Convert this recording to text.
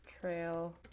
trail